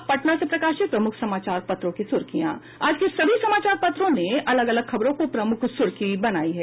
अब पटना से प्रकाशित प्रमुख समाचार पत्रों की सुर्खियां आज के सभी समाचार पत्रों ने अलग अलग खबरों को प्रमुख सुर्खी बनायी है